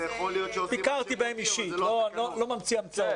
ביקרתי בהם, אני לא ממציא המצאות.